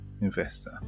investor